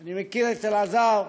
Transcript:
אני מכיר את אלעזר,